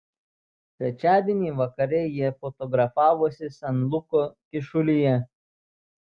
trečiadienį vakare jie fotografavosi san luko kyšulyje